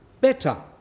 better